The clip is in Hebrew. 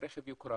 ברכב יוקרה